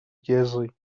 jerry